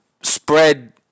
spread